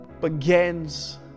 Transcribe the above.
begins